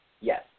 Yes